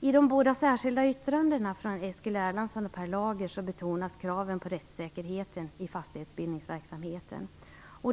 I de båda särskilda yttrandena från Eskil Erlandsson respektive Per Lager betonas kraven på rättssäkerheten i fastighetsbildningsverksamheten.